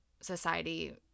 society